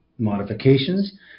modifications